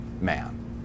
man